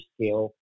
scale